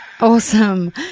Awesome